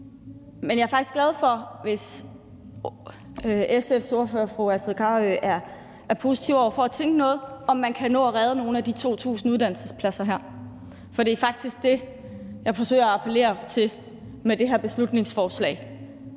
Men jeg er faktisk glad, hvis SF's ordfører, fru Astrid Carøe, er positiv over for at tænke over, om man kan nå at redde nogle af de 2.000 uddannelsespladser. For det er faktisk det, jeg forsøger at appellere til med det her beslutningsforslag.